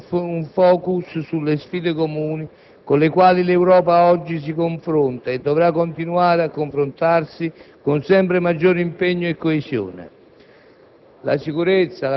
La Commissione ha illustrato un *focus* rispetto alle sfide comuni con le quali l'Europa oggi si confronta e dovrà continuare a confrontarsi con sempre maggiore impegno e coesione: